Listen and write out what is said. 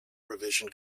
revision